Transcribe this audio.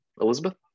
Elizabeth